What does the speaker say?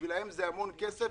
שבשבילן זה המון כסף.